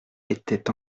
était